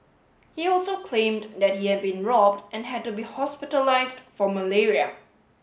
he also claimed that he had been robbed and had to be hospitalised for malaria